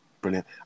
brilliant